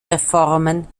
reformen